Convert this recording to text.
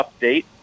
update